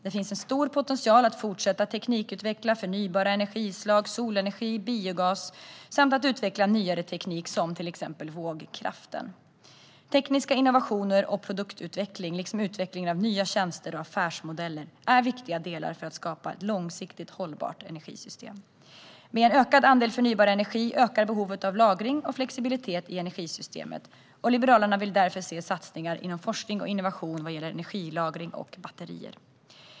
Det finns en stor potential att fortsätta teknikutveckla förnybara energislag, solenergi och biogas samt att utveckla nyare teknik som till exempel vågkraft. Tekniska innovationer och produktutveckling liksom utvecklingen av nya tjänster och affärsmodeller är viktiga delar för att skapa ett långsiktigt hållbart energisystem. Med en ökad andel förnybar energi ökar behovet av lagring och flexibilitet i energisystemet. Liberalerna vill därför se satsningar inom forskning och innovation vad gäller energilagring och batterier.